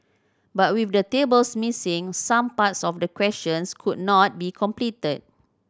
but with the tables missing some parts of the questions could not be completed